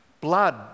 blood